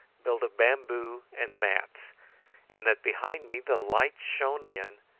built of bamboo and mats and that behind me the light shone in,